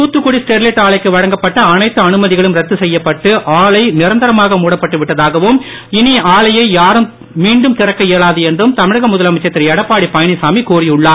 Thoothukudi Sterlite ஆலைக்கு வழங்கப்பட்ட எல்லா அனுமதிகளும் ரத்து செய்யப்பட்டு ஆலை நிரந்தரமாக மூடப்பட்டு விட்டதாகவும் இனி ஆலையை யாரும் மீண்டும் திறக்க இயலாது என்றும் தமிழக முதலமைச்சர் திருஎடப்பாடி பழனிசாமி கூறியுள்ளார்